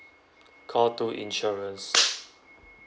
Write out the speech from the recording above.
call two insurance